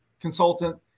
consultant